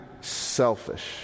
selfish